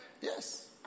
Yes